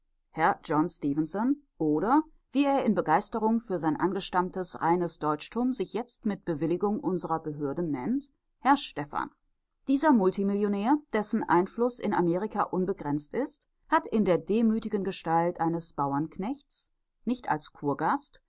herr john stefenson oder wie er in begeisterung für sein angestammtes reines deutschtum sich jetzt mit bewilligung unserer behörden nennt herr stefan dieser multimillionär dessen einfluß in amerika unbegrenzt ist hat in der demütigen gestalt eines bauernknechts nicht als